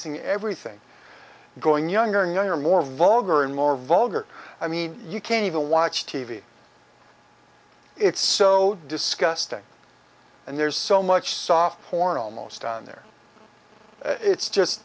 zing everything going younger younger more vulgar and more vulgar i mean you can't even watch t v it's so disgusting and there's so much soft porn almost on there it's just